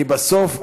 כי בסוף,